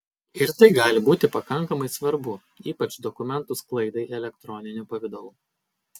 ir tai gali būti pakankamai svarbu ypač dokumentų sklaidai elektroniniu pavidalu